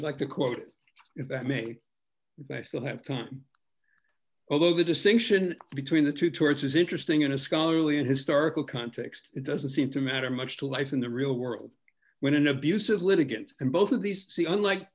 like the court it may i still have found although the distinction between the two towards is interesting in a scholarly historical context it doesn't seem to matter much to life in the real world when an abusive litigant and both of these see unlike